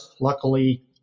luckily